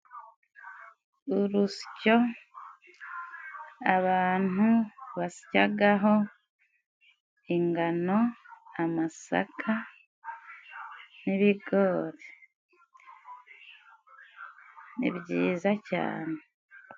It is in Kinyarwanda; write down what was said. Urusyo abantu basyaho ingano, amasaka n'ibigori. Ni byiza cane.